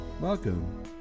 welcome